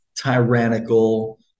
tyrannical